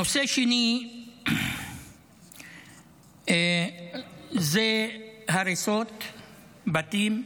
נושא שני זה הריסות בתים,